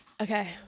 Okay